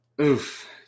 Oof